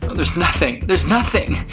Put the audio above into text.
there's nothing. there's nothing.